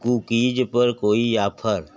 cookies पर कोई offer